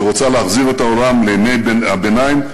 שרוצה להחזיר את העולם לימי הביניים,